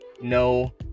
no